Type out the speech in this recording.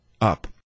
up